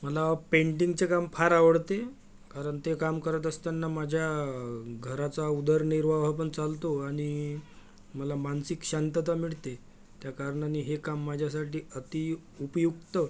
मला पेंटिंगचे काम फार आवडते कारण ते काम करत असताना माझ्या घराचा उदरनिर्वाह पण चालतो आणि मला मानसिक शांतता मिळते त्या कारणानी हे काम माझ्यासाठी अतिउपयुक्त